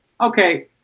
Okay